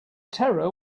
terror